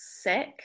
sick